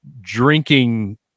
drinking